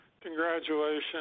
Congratulations